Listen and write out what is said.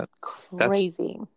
Crazy